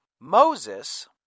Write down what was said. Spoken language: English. Moses